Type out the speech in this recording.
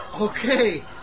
Okay